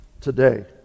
today